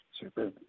Super